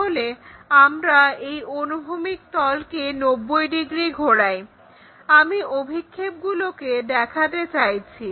তাহলে আমরা এই অনুভূমিক তলকে 90° ঘোরাই আমি অভিক্ষেপগুলোকে দেখাতে চাইছি